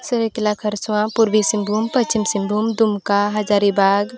ᱥᱟᱹᱨᱟᱹᱭᱠᱮᱞᱞᱟ ᱠᱷᱟᱨᱥᱶᱟ ᱯᱩᱨᱵᱤ ᱥᱤᱝᱵᱷᱩᱢ ᱯᱚᱥᱪᱷᱤᱢ ᱥᱤᱝᱵᱷᱩᱢ ᱫᱩᱢᱠᱟ ᱦᱟᱡᱟᱨᱤ ᱵᱟᱜᱽ